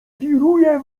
wiruje